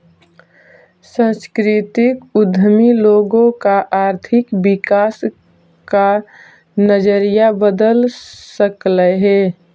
सांस्कृतिक उद्यमी लोगों का आर्थिक विकास का नजरिया बदल सकलई हे